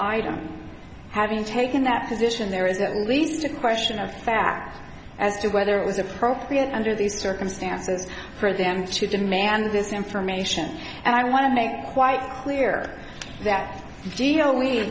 i'm having taken that position there is at least a question of fact as to whether it was appropriate under these circumstances for them to demand this information and i want to make quite clear that